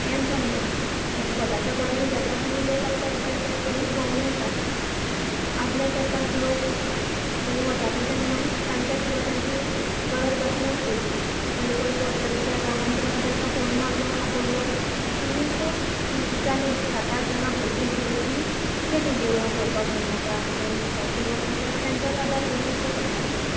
हेंच जायना स्वताच्यो गाडयो घेतात आनी लोक आपल्याक जाय जाय थंय भोंवून येतात आदल्या तेंपार लोक खंय वताले तेन्ना तांच्या शिवाय तांची गरज भासनासलेली खंयी पयस वतले दुसऱ्या गांवांन जाल्यार तेंकां फोन मारलो आपयलो आनी जालीं सात आठ जाणां भरलीं भितर आनी गेलीं देवळां पळोवपाक म्हण्णाका खंयी बिचांचेर वतलो जाल्यार तेंचोच आदार घेवन वचप पडटालो